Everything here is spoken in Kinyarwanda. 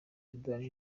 sudani